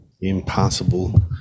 impossible